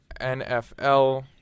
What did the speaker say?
NFL